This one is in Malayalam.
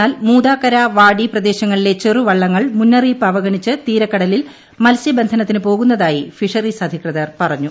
എന്നാൽ മൂതാക്കര വാടി പ്രദേശങ്ങളിലെ ചെറുവള്ളങ്ങൾ മുന്നറിയിപ്പ് അവഗണിച്ച് തീരക്കടലിൽ മത്സ്യബന്ധനത്തിന് പോകുന്നതായി ഫിഷറീസ് അധികൃതർ പറഞ്ഞു